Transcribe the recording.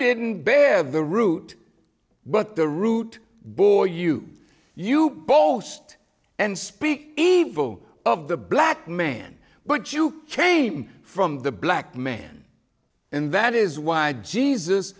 didn't bear the root but the root bore you you both just and speak evil of the black man but you came from the black man and that is why jesus